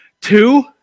Two